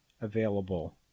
available